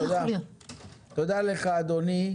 תודה לך אדוני.